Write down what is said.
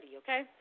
okay